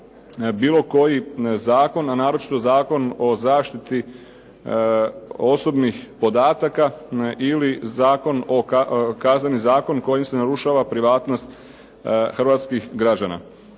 bilo koji zakon, a naročito Zakon o zaštiti osobnih podataka ili zakon, Kazneni zakon kojim se narušava privatnost hrvatskih građana.